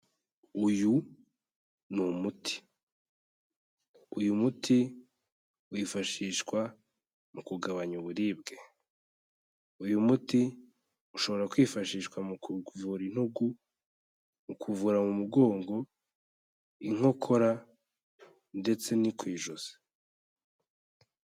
Uyu ni umuti, uyu muti wifashishwa mu kugabanya uburibwe, uyu muti ushobora kwifashishwa mu kuvura intugu, mukuvura mu mugongo, inkokora ndetse no ku ijosi.